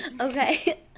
Okay